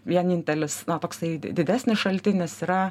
vienintelis na toksai didesnis šaltinis yra